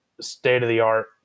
state-of-the-art